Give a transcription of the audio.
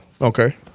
Okay